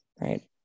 right